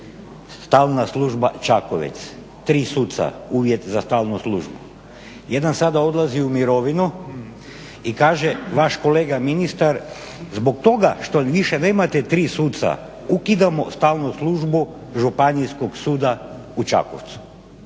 stalna služba Čakovec, tri suca, uvjet za stalnu službu. Jedan sada odlazi u mirovinu i kaže vaš kolega ministar, zbog toga što više nemate tri suca ukidamo stalnu službu Županijskog suda u Čakovcu.